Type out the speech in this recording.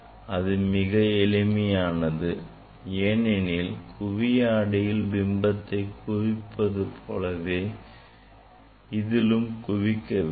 இது மிக எளிமையானது ஏனெனில் குவி ஆடியில் பிம்பத்தை குவிப்பது போலவே இதிலும் குவிக்க வேண்டும்